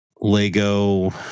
Lego